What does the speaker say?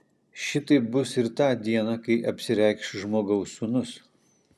šitaip bus ir tą dieną kai apsireikš žmogaus sūnus